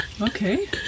Okay